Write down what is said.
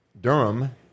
Durham